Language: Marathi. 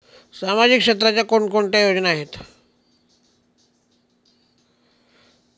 सामाजिक क्षेत्राच्या कोणकोणत्या योजना आहेत?